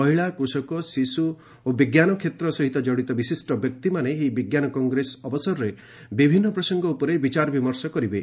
ମହିଳା କୃଷକ ଶିଶୁ ଓ ବିଜ୍ଞାନ କ୍ଷେତ୍ର ସହିତ କଡ଼ିତ ବିଶିଷ୍ଟ ବ୍ୟକ୍ତିମାନେ ଏହି ବିଜ୍ଞାନ କଂଗ୍ରେସ ଅବସରରେ ବିଭିନ୍ନ ପ୍ରସଙ୍ଗ ଉପରେ ବିଚାର ବିମର୍ଷ କରିବେ